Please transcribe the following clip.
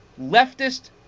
leftist